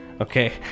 Okay